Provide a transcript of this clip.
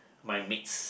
my mates